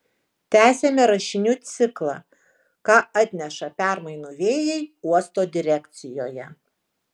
tęsiame rašinių ciklą ką atneša permainų vėjai uosto direkcijoje